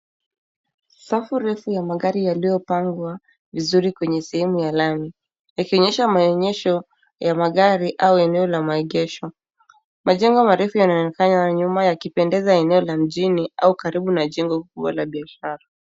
Safu refu ya magari yaliyopangwa vizuri kwenye sehemu ya lami yakionyesha maonyesho ya magari au eneo la maegesho . Majengo marefu yanaonekana nyuma yakipendeza eneo la mjini au karibu na jengo kubwa la biashara.